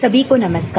सभी को नमस्कार